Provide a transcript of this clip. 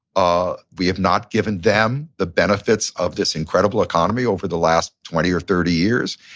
ah we have not given them the benefits of this incredible economy over the last twenty or thirty years.